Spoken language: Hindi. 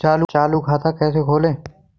चालू खाता कैसे खोलें?